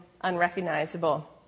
unrecognizable